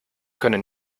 können